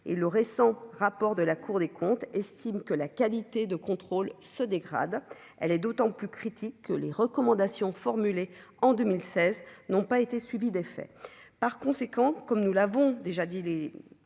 le récent rapport de la Cour des comptes estime que la qualité de contrôle se dégrade, elle est d'autant plus critique que les recommandations formulées en 2016 n'ont pas été suivies d'effet, par conséquent, comme nous l'avons déjà dit les